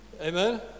Amen